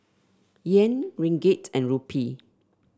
Yen Ringgit and Rupee